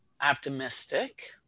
optimistic